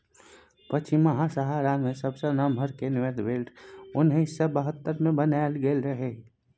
पछिमाहा सहारा मे सबसँ नमहर कन्वेयर बेल्ट उन्नैस सय बहत्तर मे बनाएल गेल रहनि